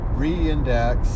re-index